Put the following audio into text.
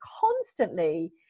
constantly